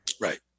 right